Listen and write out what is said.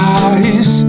eyes